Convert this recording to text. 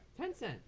Tencent